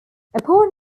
upon